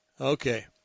Okay